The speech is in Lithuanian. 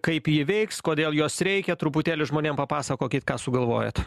kaip ji veiks kodėl jos reikia truputėlį žmonėm papasakokit ką sugalvojat